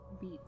beat